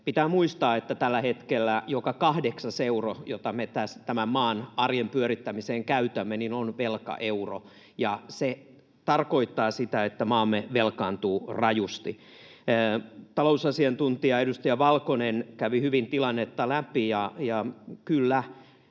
Pitää muistaa, että tällä hetkellä joka kahdeksas euro, jonka me tämän maan arjen pyörittämiseen käytämme, on velkaeuro, ja se tarkoittaa sitä, että maamme velkaantuu rajusti. Talousasiantuntija edustaja Valkonen kävi hyvin tilannetta läpi,